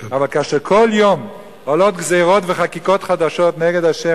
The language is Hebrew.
אבל כאשר כל יום עולות גזירות וחקיקות חדשות נגד ה',